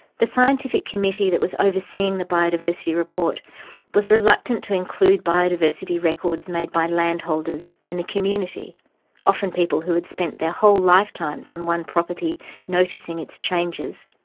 the scientific committee that was overseeing the biodiversity report was reluctant to include biodiversity records made by landholders and the community often people who had spent their whole lifetimes on one property noticing its changes,